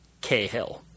Cahill